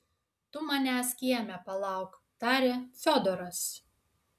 tu manęs kieme palauk tarė fiodoras